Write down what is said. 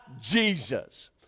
Jesus